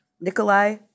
Nikolai